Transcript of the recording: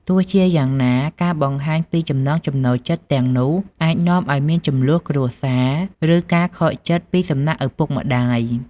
ទោះជាយ៉ាងណា ការបង្ហាញពីចំណង់ចំណូលចិត្តទាំងនោះអាចនាំឲ្យមានជម្លោះគ្រួសារ ឬការខកចិត្តពីសំណាក់ឪពុកម្ដាយ។